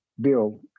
bill